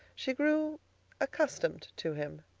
she grew accustomed to him.